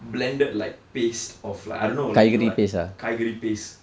blended like paste of like I don't know like you know like காய்கறி:kaaykari paste